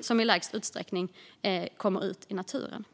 som i minst utsträckning kommer ut i naturen.